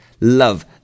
love